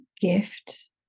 gift